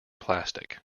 plastic